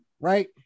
right